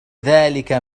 ذلك